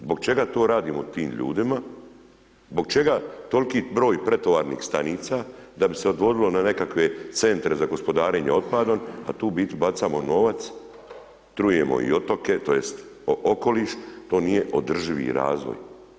Zbog čega to radimo tim ljudima, zbog čega toliki broj pretovarnih stanica da bi se …/nerazumljivo/… na nekakve centre za gospodarenje otpadom, a tu u biti bacamo novac, trujemo i otoke tj. okoliš to nije održivi razvoj.